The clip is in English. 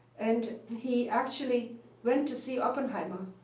and he actually went to see oppenheimer